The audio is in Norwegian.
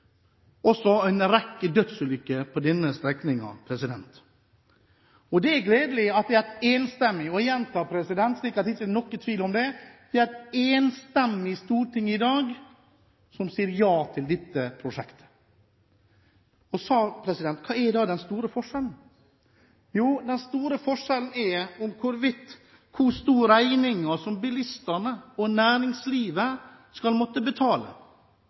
også en rekke dødsulykker. Det er gledelig at dette er enstemmig, og jeg gjentar, slik at det ikke er noen tvil om det: Det er et enstemmig storting som i dag sier ja til dette prosjektet. Så hva er da den store forskjellen? Jo, den store forskjellen går på om hvor stor regning bilistene og næringslivet skal måtte betale.